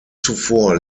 zuvor